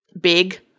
big